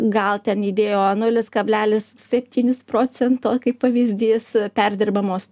gal ten įdėjo nulis kablelis septynis procento kaip pavyzdys perdirbamos